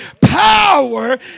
power